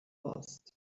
passed